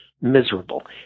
miserable